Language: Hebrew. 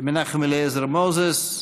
מנחם אליעזר מוזס,